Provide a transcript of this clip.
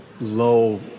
low